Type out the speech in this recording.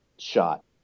shot